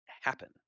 happen